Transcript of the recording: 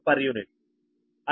u